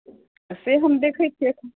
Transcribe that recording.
से हम देखै छियै